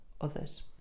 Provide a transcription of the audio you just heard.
others